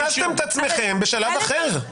הכנסתם את עצמכם בשלב אחר.